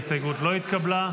ההסתייגות לא התקבלה.